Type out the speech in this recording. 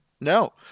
No